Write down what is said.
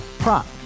Prop